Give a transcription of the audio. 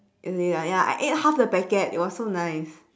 is it ya ya I ate half the packet it was so nice